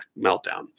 meltdown